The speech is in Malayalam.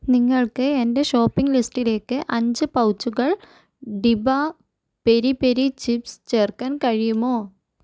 നിങ്ങൾക്ക് എന്റെ ഷോപ്പിംഗ് ലിസ്റ്റിലേക്ക് അഞ്ച് പൗച്ചുകൾ ഡിബ പെരിപെരി ചിപ്സ് ചേർക്കാൻ കഴിയുമോ